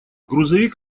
грузовик